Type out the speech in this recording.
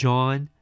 John